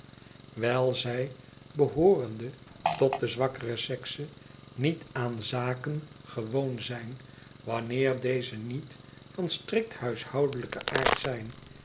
wijl zij behoorende tot de zwakkere sekse niet aan zaken gewoon zijn wanneer deze niet van strikt huishoudelijken aard zijn